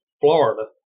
Florida